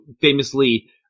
famously